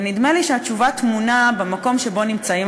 ונדמה לי שהתשובה טמונה במקום שבו נמצאים